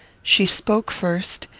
she spoke first,